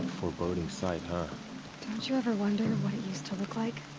foreboding sight, huh? don't you ever wonder what it used to look like.